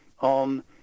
on